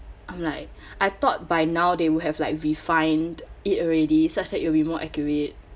I'm like I thought by now they will have like refined it already such that it will be more accurate